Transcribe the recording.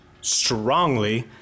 strongly